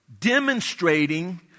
demonstrating